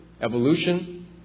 evolution